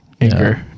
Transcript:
anger